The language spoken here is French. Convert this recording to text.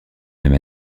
même